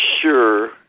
sure